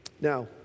Now